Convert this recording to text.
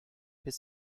bis